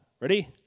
Ready